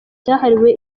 cyahariwe